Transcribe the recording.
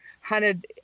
hunted